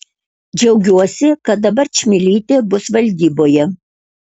džiaugiuosi kad dabar čmilytė bus valdyboje